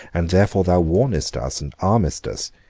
and therefore thou warnest us and armest us,